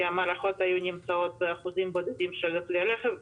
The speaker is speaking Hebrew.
כי המערכות נמצאות היו באחוזים בודדים של כלי הרכב,